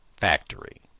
factory